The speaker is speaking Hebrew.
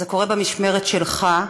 זה קורה במשמרת שלך,